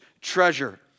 treasure